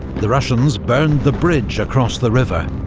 the russians burned the bridge across the river,